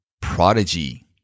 Prodigy